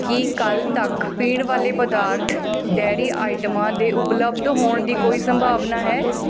ਕੀ ਕੱਲ੍ਹ ਤੱਕ ਪੀਣ ਵਾਲੇ ਪਦਾਰਥ ਡੇਅਰੀ ਆਈਟਮਾਂ ਦੇ ਉਪਲਬਧ ਹੋਣ ਦੀ ਕੋਈ ਸੰਭਾਵਨਾ ਹੈ